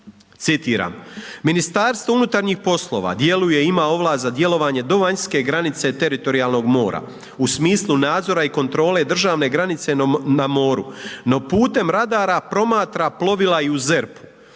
Citiram: MUP djeluje, ima ovlast za djelovanje do vanjske granice teritorijalnog mora u smislu nadzora i kontrole državne granice na moru, no putem radara promatra plovila i u ZERP-u.